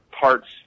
parts